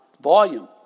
volume